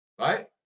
Right